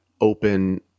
open